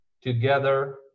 together